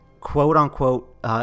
quote-unquote